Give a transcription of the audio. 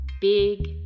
big